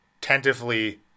tentatively